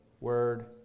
word